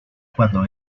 cuando